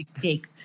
take